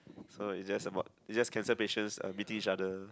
so it just about it just cancer patients uh meeting each other